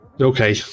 Okay